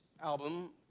album